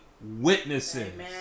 Witnesses